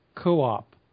co-op